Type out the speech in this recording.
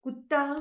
ਕੁੱਤਾ